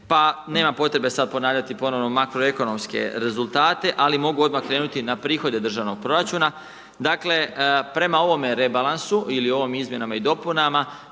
pa nema potrebe sada ponavljati ponovno makroekonomske rezultate ali mogu odmah krenuti i na prihode državnog proračuna. Dakle, prema ovome rebalansu ili ovim izmjenama i dopunama